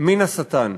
מן השטן.